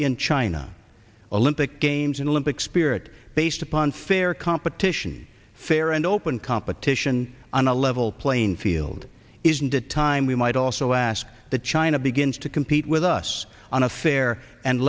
in china olympic games in the limbic spirit based upon fair competition fair and open competition on a level playing field isn't it time we might also ask that china begins to compete with us on a fair and